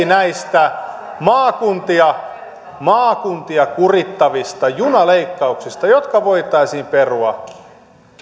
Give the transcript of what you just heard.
näistä maakuntia maakuntia kurittavista junaleikkauksista jotka voitaisiin perua